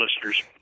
listeners